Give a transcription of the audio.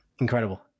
Incredible